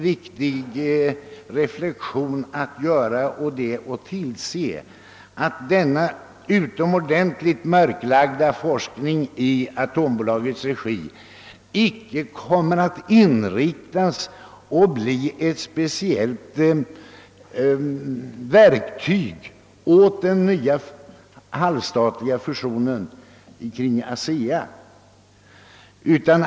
Det är viktigt att tillse att den utomordentligt mörklagda forskning som bedrivs i atombolagets regi icke kommer att bli ett speciellt verktyg åt den nya halvstatliga fusionen kring ASEA.